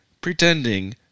pretending